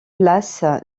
place